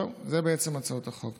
זהו, זו הצעת החוק.